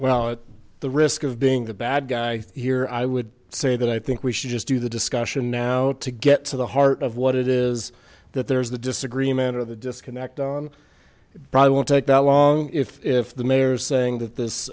well at the risk of being the bad guy here i would say that i think we should just do the discussion now to get to the heart of what it is that there is the disagreement or the disconnect probably won't take that long if the mayor is saying that this